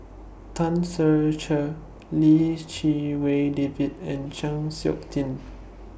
Tan Ser Cher Lim Chee Wai David and Chng Seok Tin